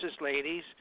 ladies